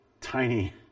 tiny